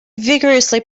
vigorously